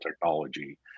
technology